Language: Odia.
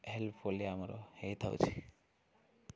ହେଲ୍ପଫୁଲି ଆମର ହେଇଥାଉଛି